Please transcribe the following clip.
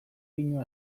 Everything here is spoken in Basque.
pinu